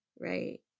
right